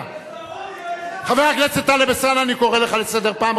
אלסאנע, אני קורא לך פעם ראשונה.